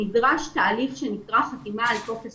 נדרש תהליך שנקרא חתימה על טופס